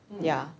ya